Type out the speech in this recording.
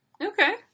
Okay